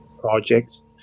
projects